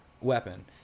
weapon